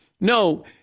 No